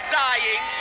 dying